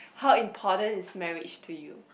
how important is marriage to you